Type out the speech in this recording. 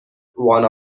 one